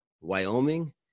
Wyoming